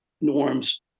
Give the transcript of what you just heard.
norms